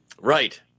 Right